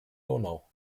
donau